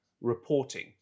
reporting